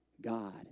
God